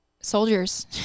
soldiers